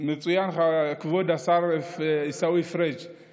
תמשיך ברגל ימין.